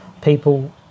people